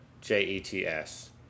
J-E-T-S